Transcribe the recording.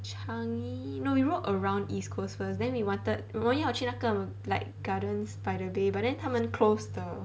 changi no we rode around east coast first then we wanted 我要去那个 like gardens by the bay but then 他们 close the